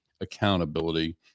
accountability